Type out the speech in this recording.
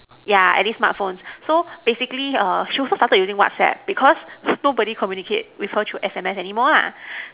yeah at least smartphones so basically err she also started using WhatsApp because nobody communicate with her through S_M_S anymore lah